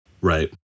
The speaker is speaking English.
Right